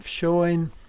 showing